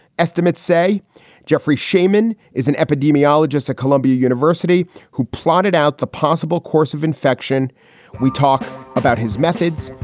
estimates say jeffrey shaiman is an epidemiologist at columbia university who plotted out the possible course of infection we talk about his methods,